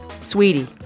Sweetie